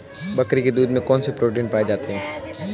बकरी के दूध में कौन कौनसे प्रोटीन पाए जाते हैं?